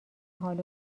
حال